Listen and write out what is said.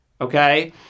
Okay